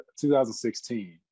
2016